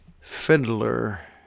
Fiddler